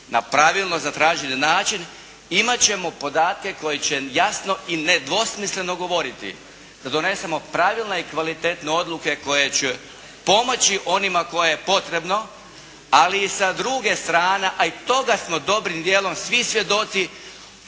na pravilno zatražen način imat ćemo podatke koji će jasno i nedvosmisleno govoriti da donesemo pravilne i kvalitetne odluke koje će pomoći onima kojima je potrebno ali i sa druge strane a i toga smo dobrim djelom svi svjedoci,